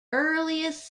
earliest